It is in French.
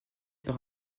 par